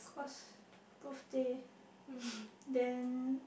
cause those day then